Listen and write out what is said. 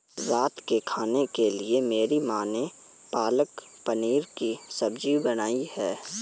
रात के खाने के लिए मेरी मां ने पालक पनीर की सब्जी बनाई है